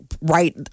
right